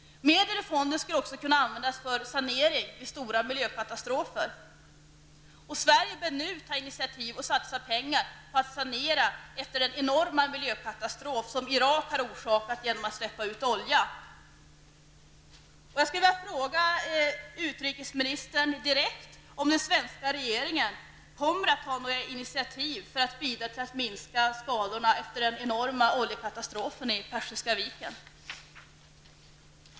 Medel ur fonden skulle också kunna användas för sanering vid stora miljökatastrofer. Sverige bör nu ta initiativ och satsa pengar på att sanera efter den enorma miljökatastrof som Irak har orsakat genom att släppa ut olja. Jag skulle vilja fråga utrikesministern direkt om den svenska regeringen kommer att ta några initiativ för att bidra till att minska skadorna efter den enorma oljekatastrofen i Persiska viken.